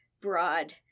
broad